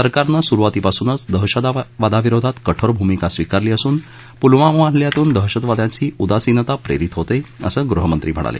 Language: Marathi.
सरकारनं सुरुवातीपासून दहशतवाद विरोधात कठोर भूमिका स्वीकारली असून पुलवामा हल्ल्यातून दहशतवाद्यांची उदासिनता प्रेरित होते असं गृहमंत्री म्हणाले